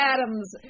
Adam's